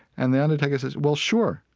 and the undertaker says, well, sure.